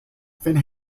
fin